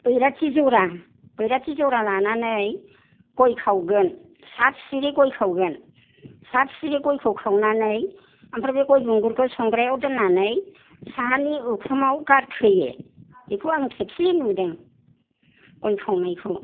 बैराथि जरा बैराथि जरा लानानै गय खावगोन सात सिरि गय खावगोन सात सिरि गयखौ खावनानै ओमफ्राय बे गय बिगुरखौ संग्राययाव दोननानै साहानि उखुमाव गारखोयो एखौ आं खेबसे नुदों गय खावनायखौ